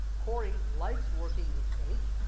cory likes working with paige.